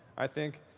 i think.